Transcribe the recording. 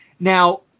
Now